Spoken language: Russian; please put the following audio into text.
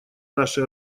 наши